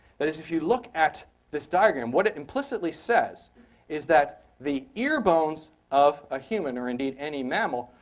that is if you look at this diagram, what it implicitly says is that the ear bones of a human, or indeed any mammal,